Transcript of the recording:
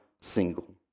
single